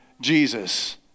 Jesus